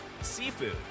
Seafood